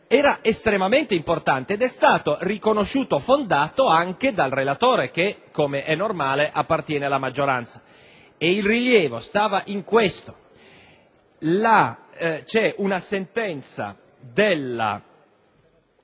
era estremamente importante ed è stato riconosciuto fondato anche dal relatore che, come di norma, appartiene alla maggioranza. Il rilievo consisteva nel fatto che esiste una sentenza della